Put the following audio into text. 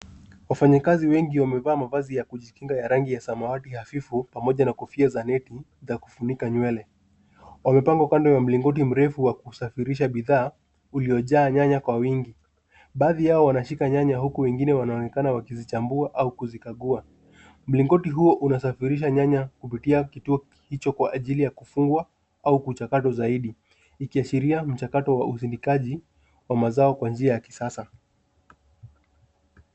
Wafanyakazi wengi wamevaa mavazi ya kujikinga ya rangi ya samawati hafifu pamoja na kofia za neti za kufunika nywele. Wamepangwa kando wa mlingoti mrefu wa kusafirisha bidhaa uliojaa nyanya kwa wingi. Baadhi yao wanashika nyanya huku wengine wanaonekana wakizichambua au kuzikagua. Mlingoti huo unasafirisha nyanya kupitia kituo hicho kwa ajili ya kufungwa au kuchakata zaidi, ikiashiria mchakato wa usindikaji wa mazao kwa njia ya kisasa.